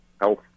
health